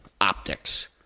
optics